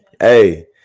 Hey